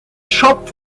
shop